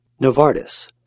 Novartis